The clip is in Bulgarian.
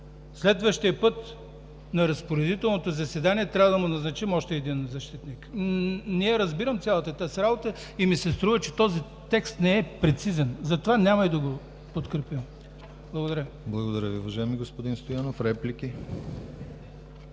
следващия път на разпоредителното заседание трябва да му назначим още един защитник. Не разбирам цялата работа и ми се струва, че целият текст не е прецизен. Затова няма да го подкрепим. Благодаря. ПРЕДСЕДАТЕЛ ДИМИТЪР ГЛАВЧЕВ: Благодаря Ви, уважаеми господин Стоянов. Реплики?